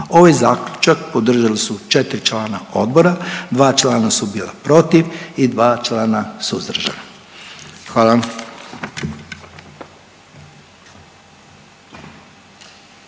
Ovaj zaključak podržali su 4 člana odbora, 2 člana su bila protiv i 2 člana suzdržana. Hvala.